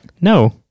No